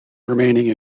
remaining